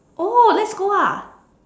oh let's go ah